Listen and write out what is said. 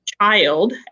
child